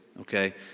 Okay